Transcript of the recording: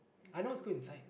I know who's good in science